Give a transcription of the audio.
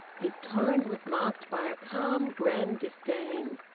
his tone was marked by a calm, grand disdain,